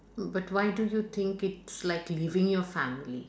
but why do you think it's like leaving your family